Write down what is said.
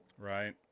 Right